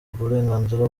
uburenganzira